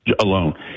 alone